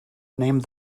named